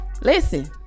listen